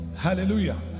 Hallelujah